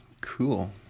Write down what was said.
cool